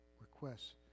requests